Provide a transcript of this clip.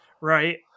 right